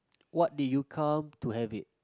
what do you come to have it